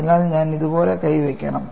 അതിനാൽ ഞാൻ ഇതുപോലെ കൈ വയ്ക്കണം